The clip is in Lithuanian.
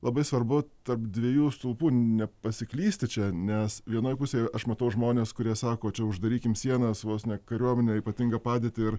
labai svarbu tarp dviejų stulpų nepasiklysti čia nes vienoj pusėj aš matau žmones kurie sako čia uždarykim sienas vos ne kariuomenę ypatingą padėtį ir